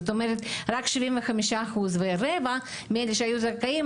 זאת אומרת רק 75%. ורבע מאלה שהיו זכאים,